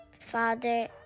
Father